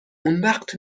اونوقت